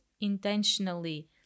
intentionally